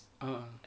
ah